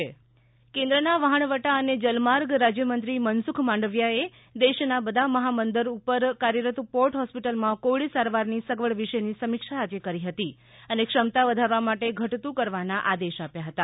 મનસુખ માંડવિયા કેન્દ્રના વહાણવટા અને જલમાર્ગ રાજ્યમંત્રી મનસુખ માંડવિયાએ દેશના બધા મહાબંદર ઉપર કાર્યરત પોર્ટ હોસ્પિટલમાં કોવિડ સારવારની સગવડ વિષેની સમિક્ષા આજે કરી હતી અને ક્ષમતા વધારવા માટે ઘટતું કરવાના આદેશ આપ્યા હતા